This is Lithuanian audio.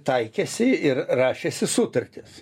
taikėsi ir rašėsi sutartis